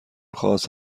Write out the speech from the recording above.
خاص